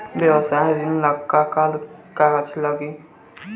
व्यवसाय ऋण ला का का कागज लागी?